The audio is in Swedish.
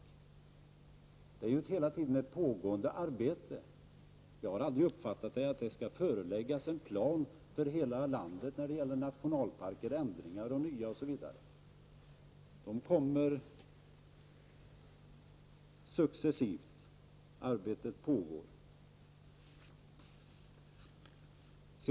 Detta är ett hela tiden pågående arbete — jag har aldrig uppfattat det så att riksdagen skall föreläggas en plan för hela landet när det gäller nya nationalparker, ändringar osv. Det sker successivt — arbetet pågår.